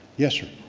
yes sir?